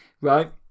right